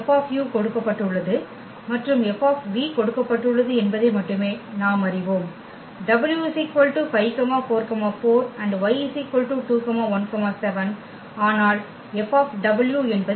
F கொடுக்கப்பட்டுள்ளது மற்றும் F கொடுக்கப்பட்டுள்ளது என்பதை மட்டுமே நாம் அறிவோம் w 5 4 4 y 2 1 7 ஆனால் F என்பது என்ன